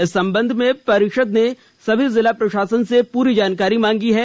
इस सम्बन्ध में परिषद ने सभी जिला प्रशासन से पूरी जानकारी मांगी है